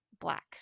black